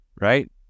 Right